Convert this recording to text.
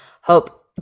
hope